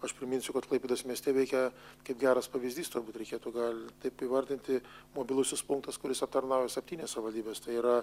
aš priminsiu kad klaipėdos mieste veikia kaip geras pavyzdys turbūt reikėtų gal taip įvardinti mobilusis punktas kuris aptarnauja septynias savivaldybes tai yra